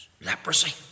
Leprosy